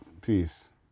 Peace